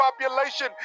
population